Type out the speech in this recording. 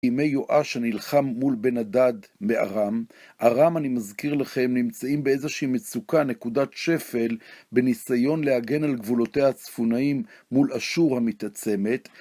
ימי יואש הנלחם מול בן הדד מארם, ארם, אני מזכיר לכם, נמצאים באיזושהי מצוקה, נקודת שפל, בניסיון להגן על גבולותיה הצפוניים מול אשור המתעצמת.